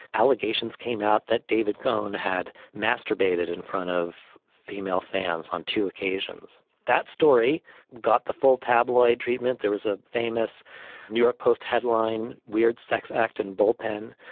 allegations came out that david goan had masturbated in front of female fans on two occasions that story got the full tabloid treatment. there was a famous new york post headline, weird sex act and bullpen.